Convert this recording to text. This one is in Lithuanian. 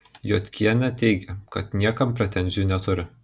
jodkienė teigė kad niekam pretenzijų neturi